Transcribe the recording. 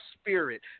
spirit